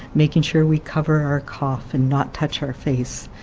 making sure we cover our cough and not touch her face,